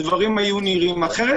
הדברים היו נראים אחרת.